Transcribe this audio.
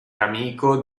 amico